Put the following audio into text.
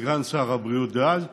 שתקום ועדה מיוחדת לטיפול בנושא הסמים,